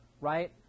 right